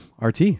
RT